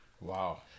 Wow